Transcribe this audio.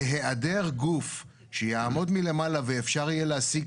בהעדר גוף שיעמוד מלמעלה ואפשר יהיה להשיג